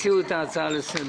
בצלאל סמוטריץ':